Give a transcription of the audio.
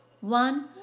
One